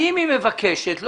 האם היא מבקשת נתונים.